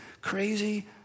crazy